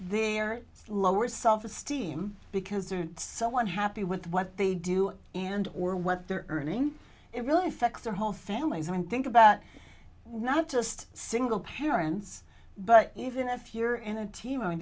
there lower self esteem because someone happy with what they do and or what they're earning it really affects their whole families i mean think about not just single parents but even if you're in a team